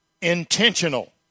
Intentional